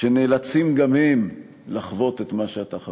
שנאלצים גם הם לחוות את מה שאתה חווית.